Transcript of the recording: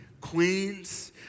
queens